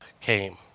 came